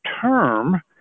term